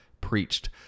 preached